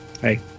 Hey